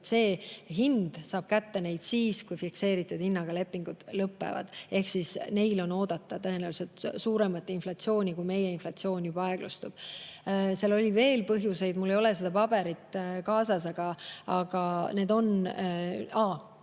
neid kätte siis, kui fikseeritud hinnaga lepingud lõpevad. Ehk neil on oodata tõenäoliselt suuremat inflatsiooni siis, kui meie inflatsioon juba aeglustub. Seal oli veel põhjuseid, mul ei ole seda paberit kaasas ... Aa! Teie